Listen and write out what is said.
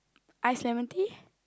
iced lemon tea